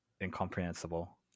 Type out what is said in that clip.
incomprehensible